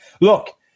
Look